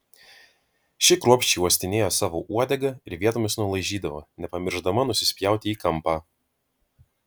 ši kruopščiai uostinėjo savo uodegą ir vietomis nulaižydavo nepamiršdama nusispjauti į kampą